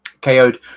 KO'd